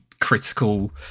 critical